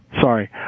Sorry